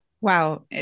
Wow